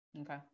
Okay